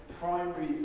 primary